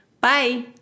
Bye